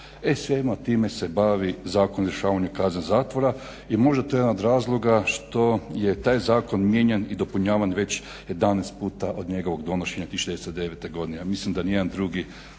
svime time se bavi Zakon o izvršavanju kazne zatvora i možda je to jedan od razloga što je taj zakon mijenjan i dopunjavan već 11 puta od njegovog donošenja 1909. godine. Ja mislim da nijedan drugi